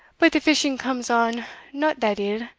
but the fishing comes on no that ill,